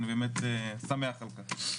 תודה.